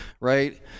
right